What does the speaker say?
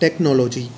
technology